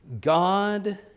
God